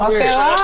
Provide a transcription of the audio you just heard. בוקר אור.